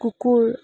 কুকুৰ